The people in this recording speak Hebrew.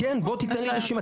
כן, בוא תיתן לי רשימה.